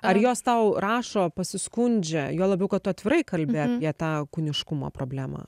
ar jos tau rašo pasiskundžia juo labiau kad tu atvirai kalbi apie tą kūniškumo problemą